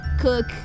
cook